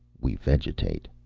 we vegetate.